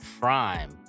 prime